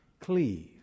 Cleave